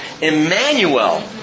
Emmanuel